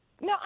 No